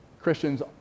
Christians